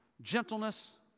gentleness